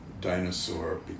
dinosaur